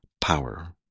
power